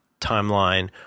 timeline